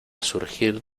surgir